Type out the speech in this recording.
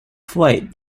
flight